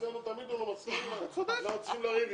אצלנו תמיד הוא לא מסכים ואנחנו צריכים לריב אתו.